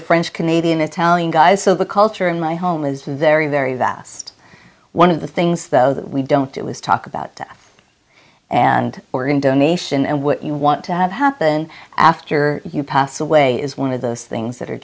a french canadian italian guy so the culture in my home is very very vast one of the things though that we don't do is talk about and organ donation and what you want to have happen after you pass away is one of those things that are